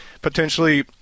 potentially